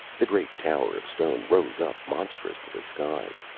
the great tower of stone rose up monstrous to the sky.